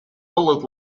bullet